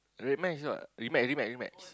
red max you know red max red max red max